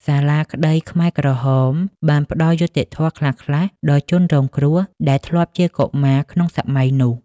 សាលាក្ដីខ្មែរក្រហមបានផ្ដល់យុត្តិធម៌ខ្លះៗដល់ជនរងគ្រោះដែលធ្លាប់ជាកុមារក្នុងសម័យនោះ។